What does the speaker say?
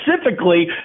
specifically